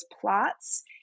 plots